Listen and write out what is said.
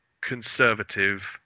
conservative